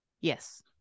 Yes